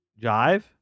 jive